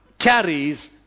carries